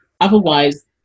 Otherwise